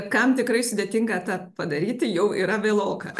kam tikrai sudėtinga tą padaryti jau yra vėloka